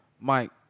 Mike